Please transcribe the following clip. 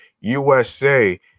USA